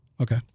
Okay